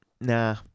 nah